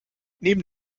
neben